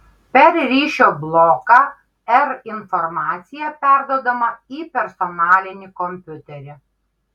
per ryšio bloką r informacija perduodama į personalinį kompiuterį